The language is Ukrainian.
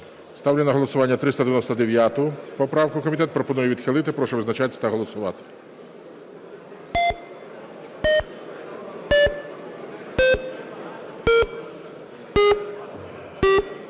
Ставлю на голосування 403 поправку. Комітет пропонує відхилити. Прошу визначатись та голосувати.